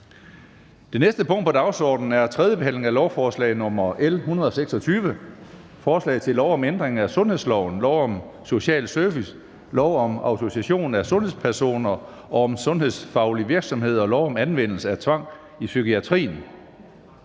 Det næste punkt på dagsordenen er: 3) 3. behandling af lovforslag nr. L 126: Forslag til lov om ændring af sundhedsloven, lov om social service, lov om autorisation af sundhedspersoner og om sundhedsfaglig virksomhed og lov om anvendelse af tvang i psykiatrien